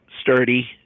sturdy